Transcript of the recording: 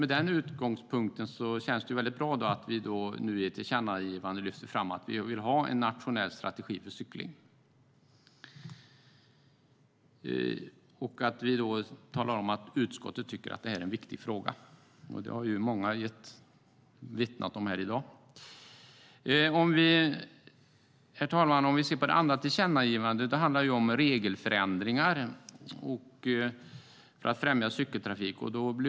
Med den utgångspunkten känns det bra att vi nu i ett tillkännagivande lyfter fram att vi vill ha en nationell strategi för cykling. Vi talar om att utskottet tycker att det är en viktig fråga. Det har ju många vittnat om här i dag. Herr talman! Det andra tillkännagivandet handlar om regelförändringar för att främja cykeltrafik.